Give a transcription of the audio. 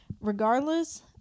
Regardless